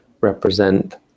represent